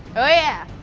oh yeah.